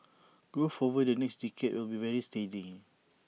growth over the next decade will be very steady